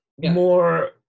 more